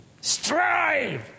strive